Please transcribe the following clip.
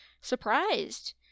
surprised